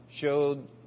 showed